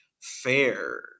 fair